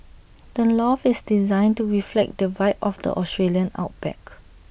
the loft is designed to reflect the vibe of the Australian outback